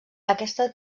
aquesta